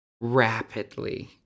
rapidly